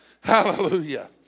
Hallelujah